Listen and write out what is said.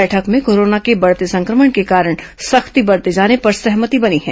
बैठक में कोरोना के बढ़ते संक्रमण के कारण सख्ती बरते जाने पर सहमति बनी है